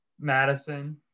Madison